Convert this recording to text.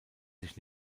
sich